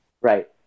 right